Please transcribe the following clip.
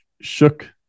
shook